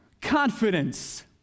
confidence